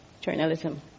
journalism